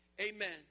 Amen